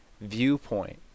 viewpoint